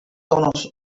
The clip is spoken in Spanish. tonos